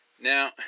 Now